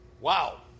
Wow